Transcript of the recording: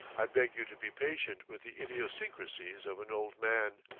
i beg you to be patient with the idiosyncrasies of an old man,